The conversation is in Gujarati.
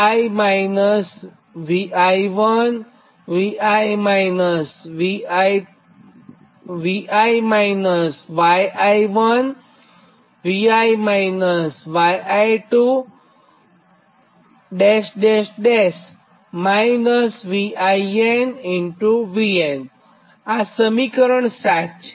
આ સમીકરણ 7 છે